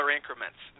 increments